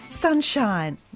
sunshine